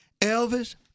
Elvis